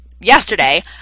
yesterday